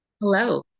Hello